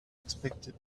expected